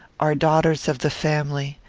are daughters of the family.